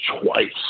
twice